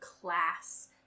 class